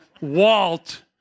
Walt